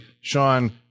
Sean